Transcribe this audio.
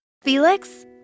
Felix